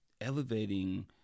elevating